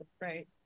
right